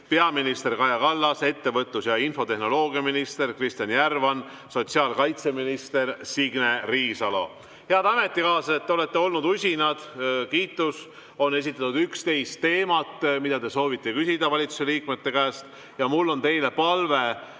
peaminister Kaja Kallas, ettevõtlus‑ ja infotehnoloogiaminister Kristjan Järvan, sotsiaalkaitseminister Signe Riisalo. Head ametikaaslased! Te olete olnud usinad – kiitus! –, on esitatud 11 teemat, mida te soovite küsida valitsuse liikmete käest. Mul on teile palve